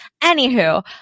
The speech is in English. anywho